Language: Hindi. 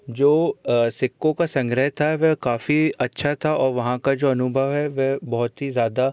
जो सिक्कों का संग्रह था वह काफ़ी अच्छा था और वहाँ का जो अनुभव है वह बहुत ही ज़्यादा